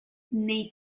nei